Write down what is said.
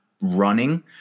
running